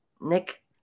Nick